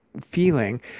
feeling